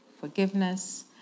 forgiveness